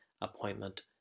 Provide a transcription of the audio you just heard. appointment